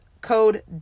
code